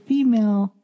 Female